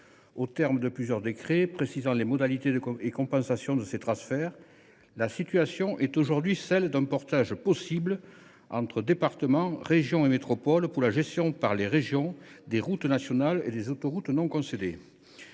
Aux termes de plusieurs décrets précisant les modalités et compensations de ces transferts, la situation est aujourd’hui celle d’un partage possible entre départements, régions et métropoles pour la gestion par les régions des routes nationales et des autoroutes non concédées.